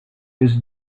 his